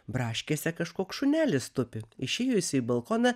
braškėse kažkoks šunelis tupi išėjusi į balkoną